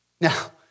Now